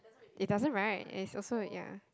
it doesn't right and it's also ya